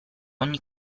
ogni